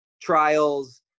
Trials